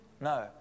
No